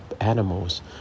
animals